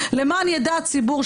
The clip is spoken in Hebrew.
למען ידע הציבור,